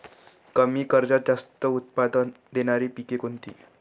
कमी खर्चात जास्त उत्पाद देणारी पिके कोणती?